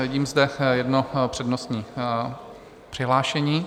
Vidím zde jedno přednostní přihlášení.